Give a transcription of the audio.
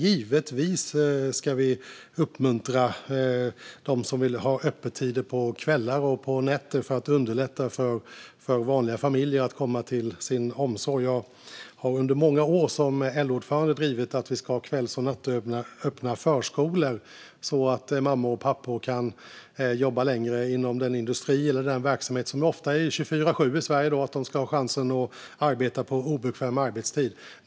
Givetvis ska vi uppmuntra dem som vill ha öppettider på kvällar och nätter för att underlätta för vanliga familjer. Jag har under många år som LO-ordförande drivit att vi ska ha kvälls och nattöppna förskolor, så att mammor och pappor kan jobba längre inom industri och annan verksamhet, som ofta bedrivs som 24:7 i Sverige. Då måste de kunna arbeta på obekväm arbetstid.